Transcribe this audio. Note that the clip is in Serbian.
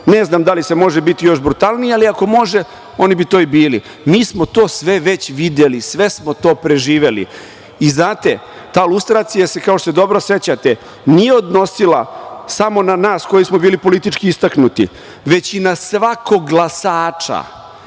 Ne znam da li se može biti još brutalniji, ali ako može, oni bi to i bili. Mi smo to već videli, sve smo to preživeli. Znate, ta lustracija se, kao što se dobro sećate, nije odnosila samo na nas koji smo bili politički istaknuti, već i na svakog glasača,